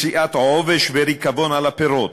מציאת עובש וריקבון על הפירות,